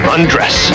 Undress